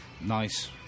nice